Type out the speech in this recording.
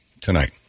tonight